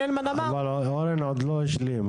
הלמן אמר --- אבל אורן עוד לא השלים,